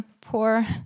poor